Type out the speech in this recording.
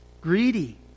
Greedy